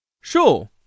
Sure